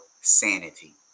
sanity